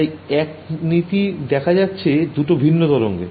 তাই এক নীতি দেখা যাচ্ছে দুটো ভিন্ন তরঙ্গে